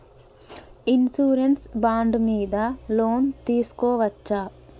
Insurance bond మీద loan తీస్కొవచ్చా?